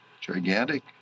gigantic